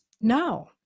no